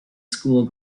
school